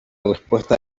respuesta